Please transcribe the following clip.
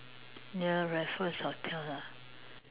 near Raffles hotel ah